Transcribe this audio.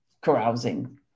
carousing